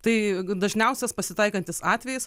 tai dažniausias pasitaikantis atvejis